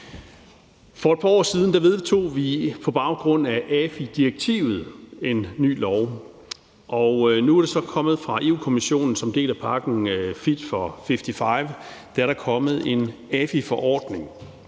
For et par år siden vedtog vi på baggrund af AFI-direktivet en ny lov, og nu er der så fra Europa-Kommissionen kommet en AFI-forordning